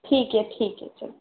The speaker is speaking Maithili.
ठीक यऽ ठीक यऽ चलू